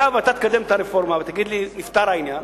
היה ואתה תקדם את הרפורמה ותגיד לי: נפתר העניין,